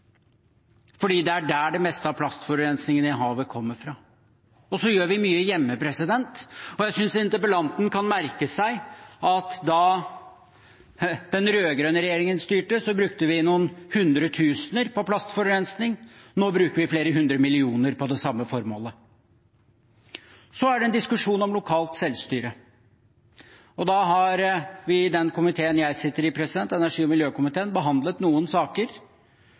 fordi det er der det meste av plastforurensningen i havet kommer fra. Vi gjør også mye hjemme. Jeg synes interpellanten kan merke seg at da den rød-grønne regjeringen styrte, brukte vi noen hundretusener på plastforurensning. Nå bruker vi flere hundre millioner på det samme formålet. Så er det en diskusjon om lokalt selvstyre. Vi har i komiteen jeg sitter i, energi- og miljøkomiteen, behandlet noen saker